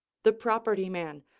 the property man,